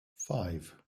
five